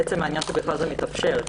עצם העניין שבכלל זה מתאפשר,